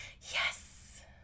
Yes